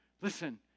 Listen